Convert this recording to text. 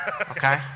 Okay